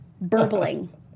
Burbling